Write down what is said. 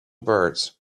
birds